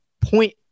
point